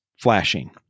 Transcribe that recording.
flashing